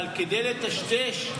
אבל כדי לטשטש,